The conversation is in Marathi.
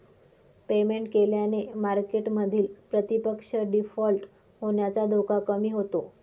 पेमेंट केल्याने मार्केटमधील प्रतिपक्ष डिफॉल्ट होण्याचा धोका कमी होतो